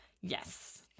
Yes